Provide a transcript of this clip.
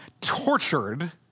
tortured